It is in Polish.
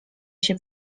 się